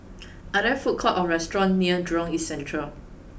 are there food courts or restaurants near Jurong East Central